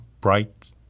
bright